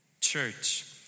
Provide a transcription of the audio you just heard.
Church